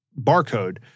barcode